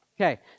Okay